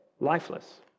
lifeless